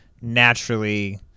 naturally